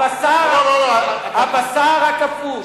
הבשר הקפוא,